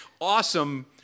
awesome